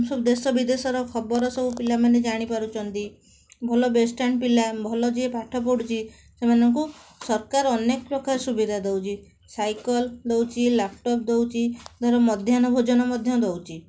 ସବୁ ଦେଶ ବିଦେଶର ଖବର ସବୁ ପିଲାମାନେ ଜାଣିପାରୁଛନ୍ତି ଭଲ ବେଷ୍ଟ ଟେଣ୍ଟ ପିଲା ଭଲ ଯିଏ ପାଠ ପଢ଼ୁଛି ସେମାନଙ୍କୁ ସରକାର ଅନେକପ୍ରକାର ସୁବିଧା ଦେଉଛି ସାଇକେଲ ଦେଉଛି ଲ୍ୟାପଟପ୍ ଦେଉଛି ଧର ମଧ୍ୟାହ୍ନ ଭୋଜନ ମଧ୍ୟ ଦେଉଛି